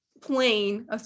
plane